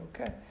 okay